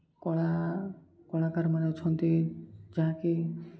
କଳା କଳାକାରମାନେ ଅଛନ୍ତି ଯାହାକି